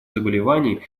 заболеваний